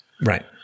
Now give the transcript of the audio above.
Right